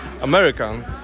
American